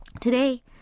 Today